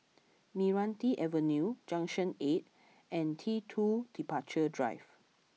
Meranti Avenue Junction Eight and T Two Departure Drive